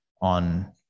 on